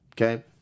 Okay